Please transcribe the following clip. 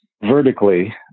vertically